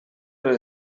les